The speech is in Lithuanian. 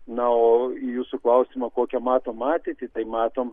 na o į jūsų klausimą kokią matom ateitį tai matom